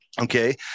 Okay